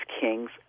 kings